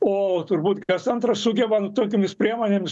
o turbūt kas antrą sugebam tokiomis priemonėmis